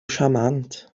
charmant